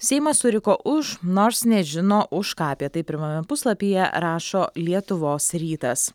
seimas suriko už nors nežino už ką apie tai pirmame puslapyje rašo lietuvos rytas